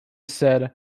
said